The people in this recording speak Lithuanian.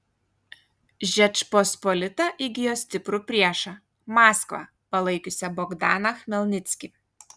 žečpospolita įgijo stiprų priešą maskvą palaikiusią bogdaną chmelnickį